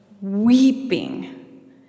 weeping